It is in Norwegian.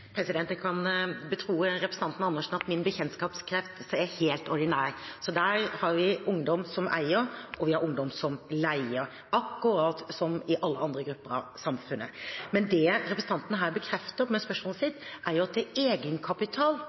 Jeg kan betro representanten Andersen at min bekjentskapskrets er helt ordinær. Der er det ungdom som eier, og vi har ungdom som leier – akkurat som i alle andre grupper av samfunnet. Men det representanten her bekrefter med spørsmålet sitt, er at det er egenkapitalkravet som er problemet. De unge som representanten her viser til,